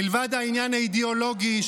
מלבד העניין האידיאולוגי,